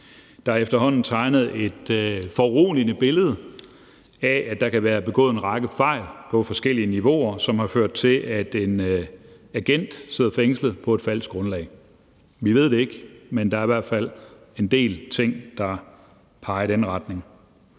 Der er efterhånden tegnet et foruroligende billede af, at der kan være begået en række fejl på forskellige niveauer, som har ført til, at en agent sidder fængslet på et falsk grundlag. Vi ved det ikke, men der er i hvert fald en del ting, der peger i den retning.